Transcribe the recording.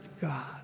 God